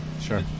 Sure